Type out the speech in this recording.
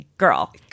girl